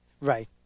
Right